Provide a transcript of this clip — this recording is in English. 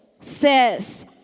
says